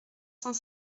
cent